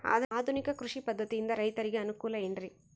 ಆಧುನಿಕ ಕೃಷಿ ಪದ್ಧತಿಯಿಂದ ರೈತರಿಗೆ ಅನುಕೂಲ ಏನ್ರಿ?